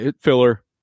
filler